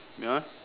ya